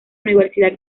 universidad